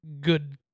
good